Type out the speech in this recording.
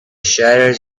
shutters